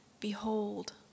Behold